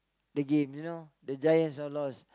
the game you know the giants are lost